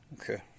Okay